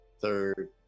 third